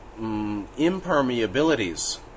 Impermeabilities